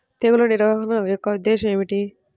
తెగులు నిర్వహణ యొక్క ఉద్దేశం ఏమిటి?